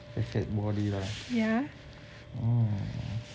fat fat body lah mm